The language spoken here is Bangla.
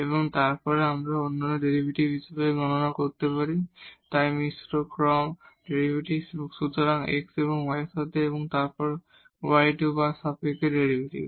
এবং তারপর আমরা অন্যান্য ডেরিভেটিভস হিসাবে গণনা করতে হবে তাই মিশ্র ক্রম ডেরিভেটিভ সুতরাং x এবং y এর সাথে এবং তারপর y2 বার সাপেক্ষে ডেরিভেটিভ